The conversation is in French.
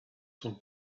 son